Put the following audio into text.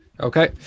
okay